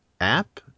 app